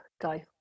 go